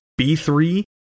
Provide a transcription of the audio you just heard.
B3